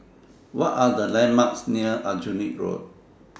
What Are The landmarks near Aljunied Road